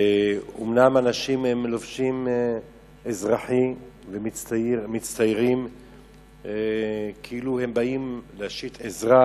אומנם אנשים לובשים אזרחי ומצטיירים כאילו הם באים להושיט עזרה